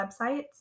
websites